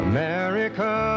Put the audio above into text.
America